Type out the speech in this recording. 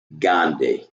gandhi